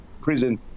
prison